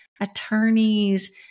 attorneys